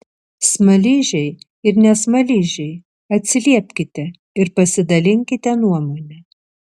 smaližiai ir ne smaližiai atsiliepkite ir pasidalinkite nuomone